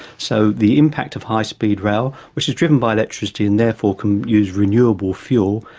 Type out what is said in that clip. so the impact of high speed rail, which is driven by electricity and therefore can use renewable fuel,